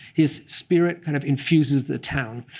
his spirit kind of infuses the town.